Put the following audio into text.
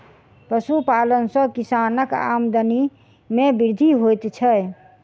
पशुपालन सॅ किसानक आमदनी मे वृद्धि होइत छै